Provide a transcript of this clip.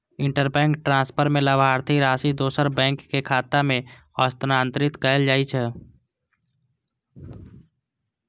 interbank transfer मे लाभार्थीक राशि दोसर बैंकक खाता मे हस्तांतरित कैल जाइ छै